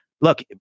look